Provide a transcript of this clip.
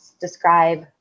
describe